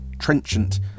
trenchant